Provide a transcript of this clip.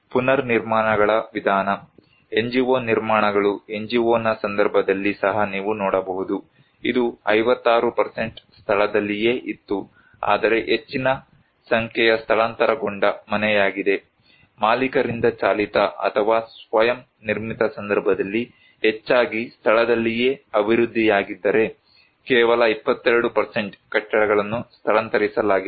ಪುನರ್ನಿರ್ಮಾಣಗಳ ವಿಧಾನ NGO ನಿರ್ಮಾಣಗಳು NGOನ ಸಂದರ್ಭದಲ್ಲಿ ಸಹ ನೀವು ನೋಡಬಹುದು ಇದು 56 ಸ್ಥಳದಲ್ಲಿಯೇ ಇತ್ತು ಆದರೆ ಹೆಚ್ಚಿನ ಸಂಖ್ಯೆಯ ಸ್ಥಳಾಂತರಗೊಂಡ ಮನೆಯಾಗಿದೆ ಮಾಲೀಕರಿಂದ ಚಾಲಿತ ಅಥವಾ ಸ್ವಯಂ ನಿರ್ಮಿತ ಸಂದರ್ಭದಲ್ಲಿ ಹೆಚ್ಚಾಗಿ ಸ್ಥಳದಲ್ಲಿಯೇ ಅಭಿವೃದ್ಧಿಯಾಗಿದ್ದರೆ ಕೇವಲ 22 ಕಟ್ಟಡಗಳನ್ನು ಸ್ಥಳಾಂತರಿಸಲಾಗಿದೆ